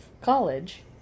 college